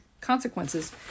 consequences